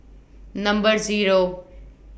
Number Zero